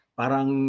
parang